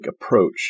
approach